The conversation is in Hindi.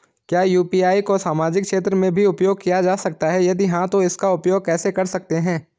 क्या यु.पी.आई को सामाजिक क्षेत्र में भी उपयोग किया जा सकता है यदि हाँ तो इसका उपयोग कैसे कर सकते हैं?